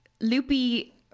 loopy